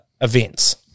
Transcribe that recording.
events